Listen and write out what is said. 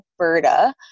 Alberta